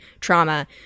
trauma